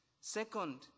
Second